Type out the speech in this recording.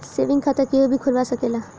saving खाता केहू भी खोलवा सकेला